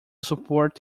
support